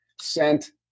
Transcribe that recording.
sent